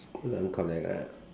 couldn't connect ah